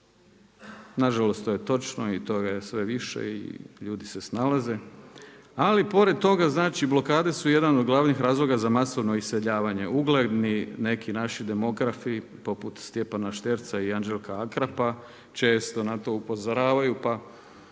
nažalost to je točno i toga je sve više i ljudi se snalaze, ali pored toga blokade su jedan od glavnih razloga za masovno iseljavanje. Ugledni neki naši demografi poput Stjepana Šterca i Anđelka Akrapa često na to upozoravaju, pa